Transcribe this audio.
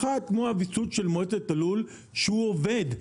אחד כמו הוויסות של מועצת הלול שהוא עובד,